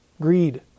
greed